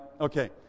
Okay